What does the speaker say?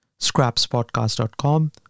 ScrapsPodcast.com